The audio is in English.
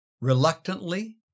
Reluctantly